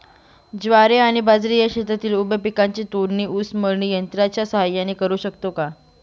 ज्वारी आणि बाजरी या शेतातील उभ्या पिकांची तोडणी ऊस तोडणी यंत्राच्या सहाय्याने करु शकतो का?